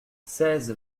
seize